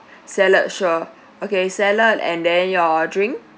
salad sure okay salad and then your drink